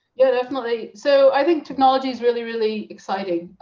yeah, definitely. so i think technology is really, really exciting.